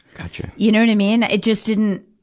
gotcha. you know what i mean. it just didn't,